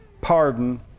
pardon